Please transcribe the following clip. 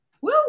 Woo